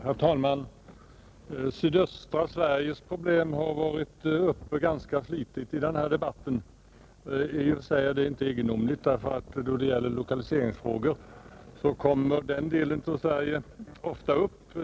Herr talman! Sydöstra Sveriges problem har behandlats ganska flitigt i den här debatten, I och för sig är detta inte egendomligt, eftersom den delen av Sverige ofta kommer upp då det gäller lokaliseringsfrågor.